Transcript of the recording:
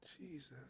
jesus